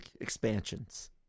expansions